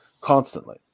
constantly